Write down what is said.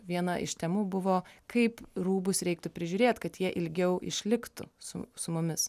viena iš temų buvo kaip rūbus reiktų prižiūrėt kad jie ilgiau išliktų su su mumis